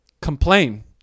Complain